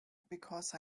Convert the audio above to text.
because